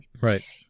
Right